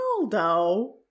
Ronaldo